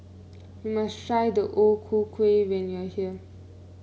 you must try O Ku Kueh when you are here